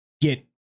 get